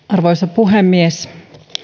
arvoisa puhemies